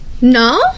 No